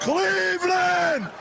Cleveland